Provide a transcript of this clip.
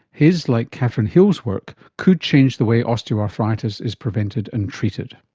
his, like catherine hill's work, could change the way osteoarthritis is prevented and treated.